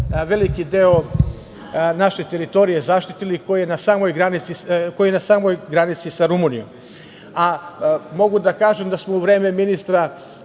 veliki deo naše teritorije zaštitili koji je na samoj granici sa Rumunijom. Mogu da kažem da smo u vreme ministra